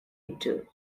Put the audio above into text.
into